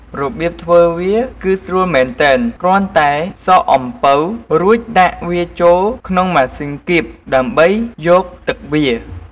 របៀបធ្វើវាគឺស្រួលមែនទែន គ្រាន់តែសកអំពៅរួចដាក់វាចូលក្នុងម៉ាសុីនគៀបដើម្បីយកទឹកវា។